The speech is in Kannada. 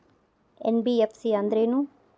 ಎನ್.ಬಿ.ಎಫ್.ಸಿ ಅಂದ್ರೇನು?